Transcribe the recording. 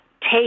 take